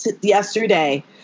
yesterday